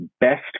best